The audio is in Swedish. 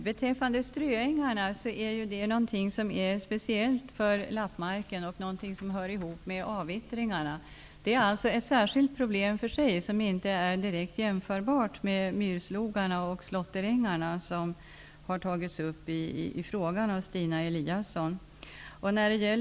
Herr talman! Ströängarna är speciella för lappmarken och hör ihop med avvittringarna. Det är ett problem för sig, inte direkt jämförbart med myrslogarna och slåtterängarna, som har tagits upp i Stina Eliassons fråga.